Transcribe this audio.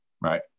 Right